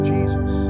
Jesus